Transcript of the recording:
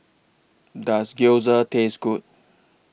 Does Gyoza Taste Good